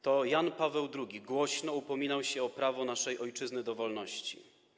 To Jan Paweł II głośno upominał się o prawo naszej ojczyzny do wolności.